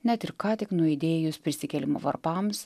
net ir ką tik nuaidėjus prisikėlimo varpams